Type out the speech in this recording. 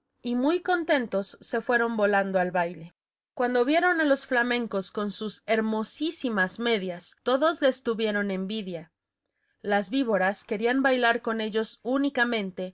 y muy contentos se fueron volando al baile cuando vieron a tos flamencos con sus hermosísimas medias todos les tuvieron envidia las víboras querían bailar con ellos únicamente